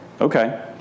okay